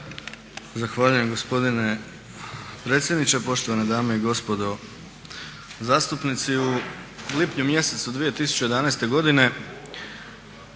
Zahvaljujem gospodine predsjedniče, poštovane dame i gospodo zastupnici. U lipnju mjesecu 2011. godine